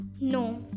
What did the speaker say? No